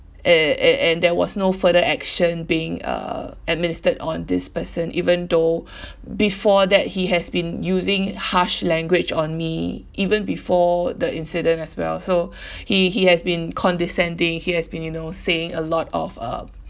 and and and there was no further action being uh administered on this person even though before that he has been using harsh language on me even before the incident as well so he he has been condescending he has been you know saying a lot of uh